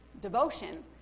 devotion